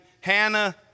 Hannah